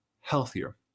healthier